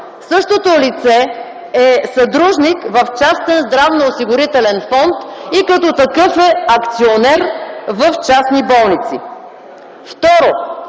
Същото лице е съдружник в частен здравноосигурителен фонд и като такъв е акционер в частни болници. Второ,